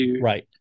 Right